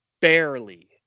barely